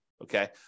Okay